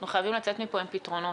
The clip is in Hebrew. אנחנו חייבים לצאת מפה עם פתרונות.